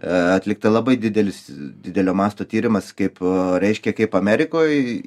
atlikta labai didelis didelio masto tyrimas kaip a reiškia kaip amerikoj